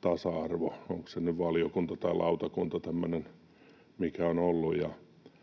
tasa-arvovaliokunta tai ‑lautakunta, mikä on ollut,